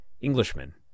Englishman